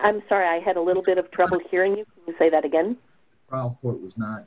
i'm sorry i had a little bit of trouble hearing you say that again is not